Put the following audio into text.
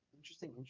Interesting